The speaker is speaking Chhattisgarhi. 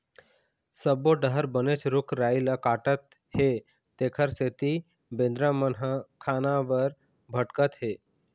सब्बो डहर बनेच रूख राई ल काटत हे तेखर सेती बेंदरा मन ह खाना बर भटकत हे